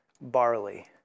barley